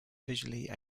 visually